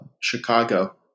Chicago